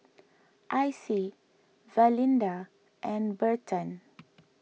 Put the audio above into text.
Icey Valinda and Burton